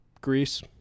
greece